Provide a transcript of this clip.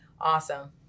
awesome